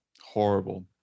horrible